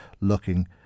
looking